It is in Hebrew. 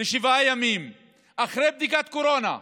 שבעה ימים אחרי בדיקת קורונה.